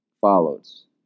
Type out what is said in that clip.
follows